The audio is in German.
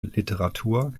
literatur